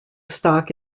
stock